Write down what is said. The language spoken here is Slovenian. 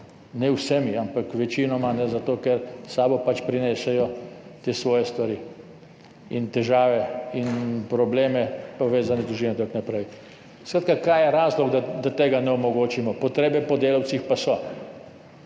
Ne z vsemi, ampak večinoma, zato ker s sabo pač prinesejo te svoje stvari, težave in probleme, povezane z družino in tako naprej. Skratka, kaj je razlog, da tega ne omogočimo, potrebe po delavcih pa so?